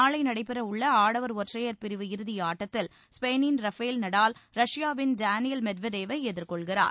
நாளை நடைபெறவுள்ள ஆடவா் ஒற்றையர் பிரிவு இறுதியாட்டத்தில் ஸ்பெயினின் ரபேல் நடால் ரஷ்யாவின் டேனியல் மெத்வதேவை எதிர்கொள்கிறார்